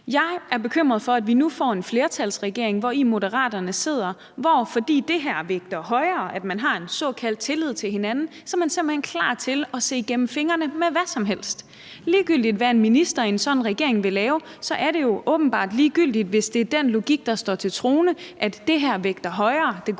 Jeg er bekymret for, at vi nu får en flertalsregering, hvori Moderaterne sidder, fordi det vægter højere, at man har en såkaldt tillid til hinanden, og så er man simpelt hen klar til at se igennem fingre med hvad som helst. Ligegyldigt hvad en minister i en sådan regering vil lave, er det jo åbenbart ligegyldigt, hvis det er den logik, der står til troende, at det gode samarbejde vægter højere end